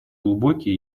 глубокий